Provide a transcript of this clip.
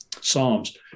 psalms